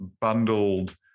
bundled